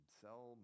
sell